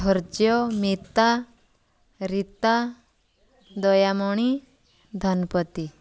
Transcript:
ଧର୍ଯ୍ୟ ମିତା ରୀତା ଦୟାମଣି ଧନପତି